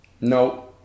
No